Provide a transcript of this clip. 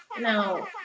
no